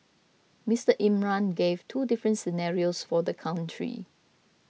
Mister Imran gave two different scenarios for the country